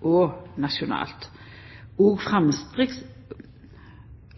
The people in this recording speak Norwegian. og nasjonalt.